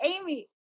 Amy